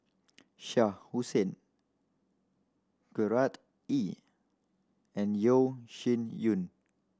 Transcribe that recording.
Shah Hussain Gerard Ee and Yeo Shih Yun